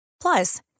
Plus